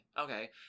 Okay